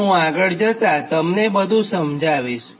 તો હું આગળ જતાં તમને બધું સમજાવીશ